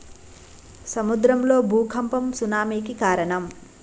సముద్రం లో భూఖంపం సునామి కి కారణం